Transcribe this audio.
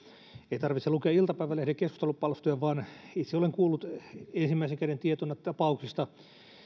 ei tarvitse lukea iltapäivälehden keskustelupalstoja vaan itse olen kuullut ensimmäisen käden tietona tapauksista